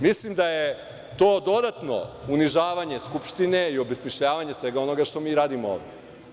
Mislim da je to dodatno unižavanje Skupštine i obesmišljavanje svega onoga što radimo ovde.